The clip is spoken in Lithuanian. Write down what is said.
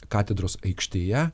katedros aikštėje